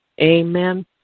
Amen